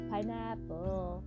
Pineapple